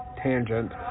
tangent